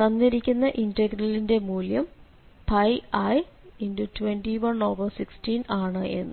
തന്നിരിക്കുന്ന ഇന്റഗ്രലിന്റെ മൂല്യം i2116 ആണ് എന്ന്